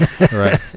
Right